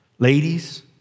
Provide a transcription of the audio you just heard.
Ladies